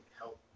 help